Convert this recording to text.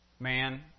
Man